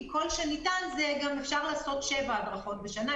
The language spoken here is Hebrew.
כי אפשר לעשות גם שבע הדרכות בשנה,